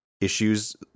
issues